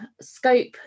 scope